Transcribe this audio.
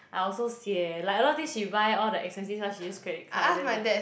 I also sian like a lot of things she buy all the expensive stuff she use credit card then like